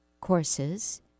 courses